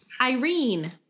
Irene